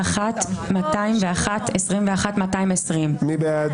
21,361 עד 21,380. מי בעד?